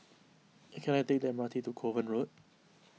can I take the M R T to Kovan Road